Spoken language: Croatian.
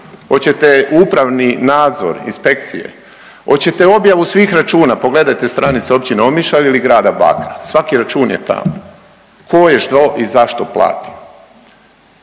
Hoćete upravni nadzor, inspekcije? Hoćete objavu svih računa, pogledajte stranice, Općine Omišalj ili grada Bakra, svaki račun je tamo tko je što i zašto platio.